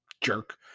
jerk